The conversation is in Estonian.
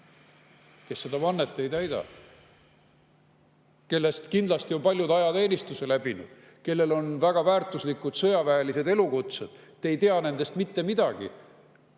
kes seda vannet ei täida, kellest kindlasti paljud on ajateenistuse läbinud ja kellel on väga väärtuslikud sõjaväelised elukutsed. Te ei tea nendest mitte midagi.